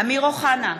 אמיר אוחנה,